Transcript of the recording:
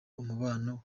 umubano